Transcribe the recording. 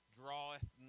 draweth